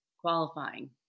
qualifying